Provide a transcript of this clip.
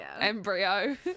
Embryo